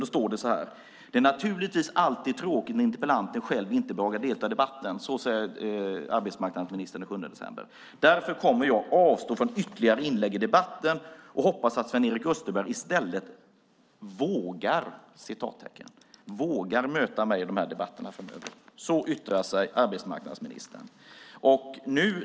Det står så här: "Det är naturligtvis alltid tråkigt när interpellanten själv inte behagar delta i debatten." Så säger arbetsmarknadsministern den 7 december och fortsätter: "Därför kommer jag naturligtvis att avstå från ytterligare inlägg i debatten och hoppas att Sven-Erik Österberg i stället vågar möta mig i de här debatterna framöver." Så yttrar sig arbetsmarknadsministern.